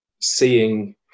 seeing